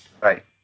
Right